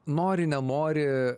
nori nenori